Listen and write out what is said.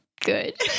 good